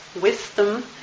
wisdom